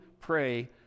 pray